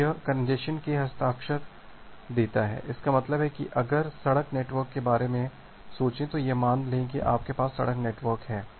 तो यह कंजेस्शन के हस्ताक्षर देता है इसका मतलब है कि अगर सड़क नेटवर्क के बारे में सोचें तो यह मान लें कि आपके पास सड़क नेटवर्क है